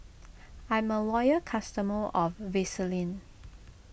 I'm a loyal customer of Vaselin